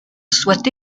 soit